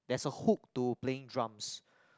there's a hook to playing drums